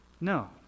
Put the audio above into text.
No